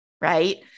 right